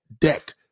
deck